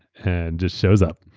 and just shows up.